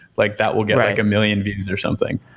like that will get like a million views or something.